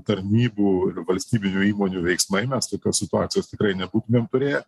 tarnybų valstybinių įmonių veiksmai mes tokios situacijos tikrai nebūtumėm turėję